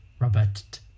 Robert